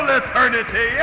eternity